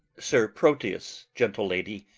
sir proteus, gentle lady,